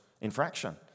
infraction